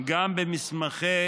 גם במסמכי